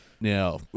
Now